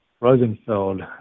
Rosenfeld